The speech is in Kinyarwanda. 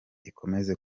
ikomeze